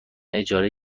اجاره